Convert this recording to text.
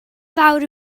fawr